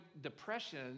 depression